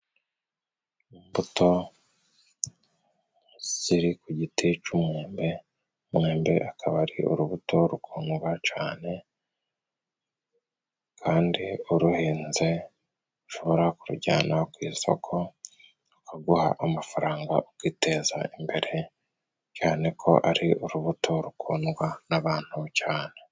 Imbuto ziri ku giti c’umwembe. Umwembe akaba ari urubuto rukundwa cane, kandi uruhinze ushobora kurujyana ku isoko, bakaguha amafaranga, ukiteza imbere cane ko ari urubuto rukundwa n’abantu cyane.